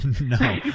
No